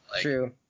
True